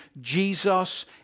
Jesus